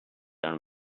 and